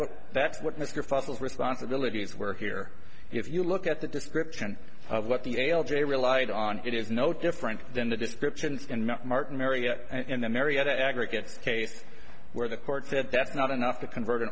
what that's what mr fossil responsibilities were here if you look at the description of what the ail jay relied on it is no different than the description in martin marietta in the marietta aggregate case where the court said that's not enough to convert an